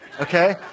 Okay